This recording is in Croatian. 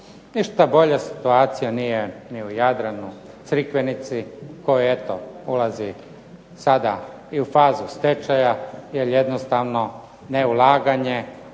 Ništa bolja situacija nije ni u Jadranu Crikvenici koja eto ulazi sada u fazu stečaja, jer jednostavno neulaganje